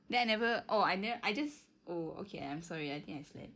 then I never oh I nev~ I just oh okay I'm sorry I think I slept